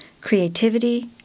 creativity